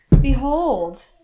behold